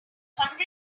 hundred